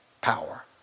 power